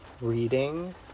reading